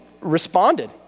responded